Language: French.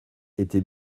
était